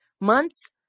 months